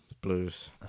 Blues